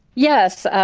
yes.